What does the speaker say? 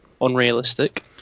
unrealistic